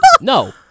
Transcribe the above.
no